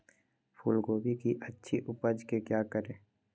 फूलगोभी की अच्छी उपज के क्या करे?